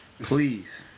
Please